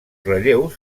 relleus